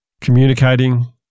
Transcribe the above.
communicating